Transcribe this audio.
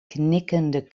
knikkende